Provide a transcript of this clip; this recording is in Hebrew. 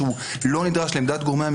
שהוא לא נדרש לעמדת גורמי המקצוע,